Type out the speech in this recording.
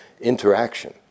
interaction